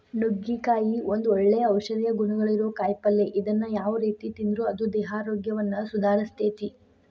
ನುಗ್ಗಿಕಾಯಿ ಒಂದು ಒಳ್ಳೆ ಔಷಧೇಯ ಗುಣಗಳಿರೋ ಕಾಯಿಪಲ್ಲೆ ಇದನ್ನ ಯಾವ ರೇತಿ ತಿಂದ್ರು ಅದು ದೇಹಾರೋಗ್ಯವನ್ನ ಸುಧಾರಸ್ತೆತಿ